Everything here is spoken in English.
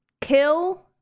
kill